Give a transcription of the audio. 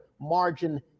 margin